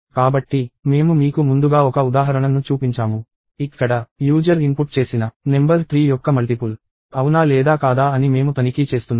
కాబట్టి మేము మీకు ముందుగా ఒక ఉదాహరణ ను చూపించాము ఇక్కడ యూజర్ ఇన్పుట్ చేసిన నెంబర్ 3 యొక్క మల్టిపుల్ అవునా లేదా కాదా అని మేము తనిఖీ చేస్తున్నాము